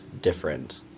different